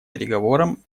переговорам